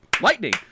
lightning